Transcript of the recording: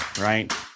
right